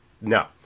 no